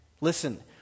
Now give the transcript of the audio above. Listen